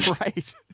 right